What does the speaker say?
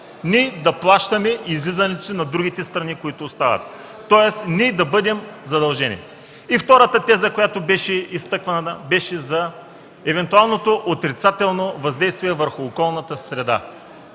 ние да плащаме излизането си на другите страни, които остават. Тоест, ние да бъдем задължени. Втората теза, която беше изтъкната, беше за евентуалното отрицателно въздействие върху околната среда.